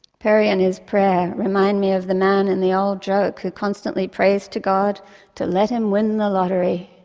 perry and his prayer remind me of the man in the old joke who constantly prays to god to let him win the lottery.